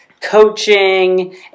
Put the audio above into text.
coaching